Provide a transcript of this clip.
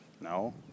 No